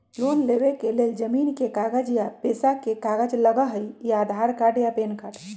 Loan लेवेके लेल जमीन के कागज या पेशा के कागज लगहई या आधार कार्ड या पेन कार्ड?